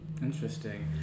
Interesting